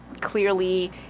clearly